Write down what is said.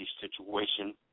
situation